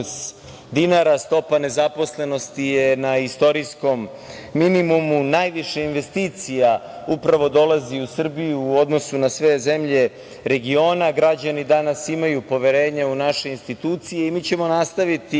dinara. Stopa nezaposlenosti je na istorijskom minimumu. Najviše investicija upravo dolazi u Srbiju u odnosu na sve zemlje regiona. Građani danas imaju poverenje u naše institucije. I mi ćemo nastaviti